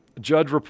Judge